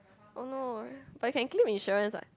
oh no but you can claim insurance [what]